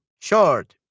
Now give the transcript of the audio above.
short